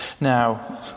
Now